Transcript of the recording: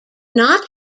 not